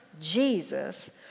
Jesus